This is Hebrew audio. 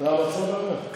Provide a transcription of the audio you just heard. זה המצב, אתה אומר?